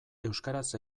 euskaraz